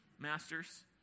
Masters